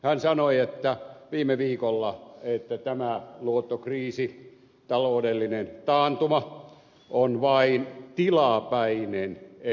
hän sanoi viime viikolla että tämä luottokriisi taloudellinen taantuma on vain tilapäinen episodi